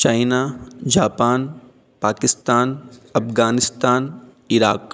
China Japan Pakistan Afghanistan Iran